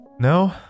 No